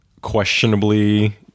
questionably